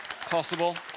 possible